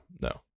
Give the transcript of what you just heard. no